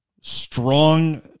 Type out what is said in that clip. strong